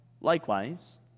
likewise